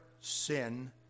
sin